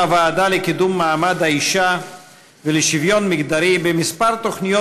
במהלך היום דנה הוועדה לקידום מעמד האישה ולשוויון מגדרי בכמה תוכניות